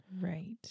Right